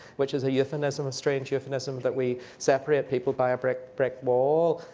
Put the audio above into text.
which is a euphemism, a strange euphemism, that we separate people by a brick brick wall.